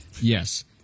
yes